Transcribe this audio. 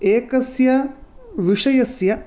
एकस्य विषयस्य